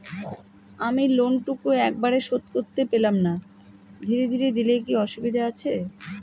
আমি লোনটুকু একবারে শোধ করতে পেলাম না ধীরে ধীরে দিলে কি অসুবিধে আছে?